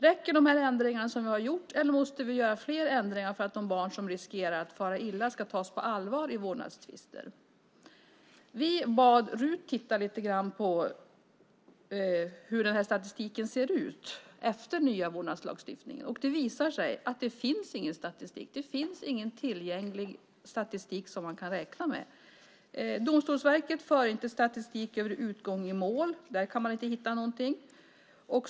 Räcker de ändringar som har gjorts eller måste fler ändringar göras för att de barn som riskerar att fara illa ska tas på allvar i vårdnadstvister? Vi bad RUT titta på hur statistiken ser ut för tiden efter det att den nya vårdnadslagstiftningen hade trätt i kraft. Det har visat sig att det inte finns någon statistik. Det finns ingen tillgänglig statistik att räkna med. Domstolsverket för inte statistik över utgången i mål. Där går det inte att hitta någonting.